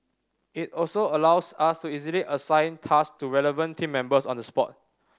it also allows us to easily assign task to relevant team members on the spot